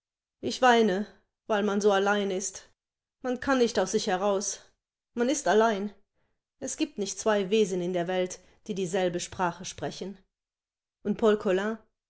ich weine weil man so allein ist man kann nicht aus sich heraus man ist allein es gibt nicht zwei wesen in der welt die dieselbe sprache sprechen und